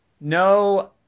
No